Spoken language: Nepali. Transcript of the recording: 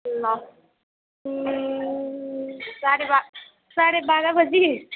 ल साढे बा साढे बाह्र बजे